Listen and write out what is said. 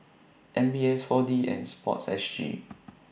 M B S four D and Sports S G